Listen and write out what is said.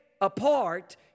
Apart